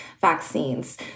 vaccines